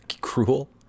cruel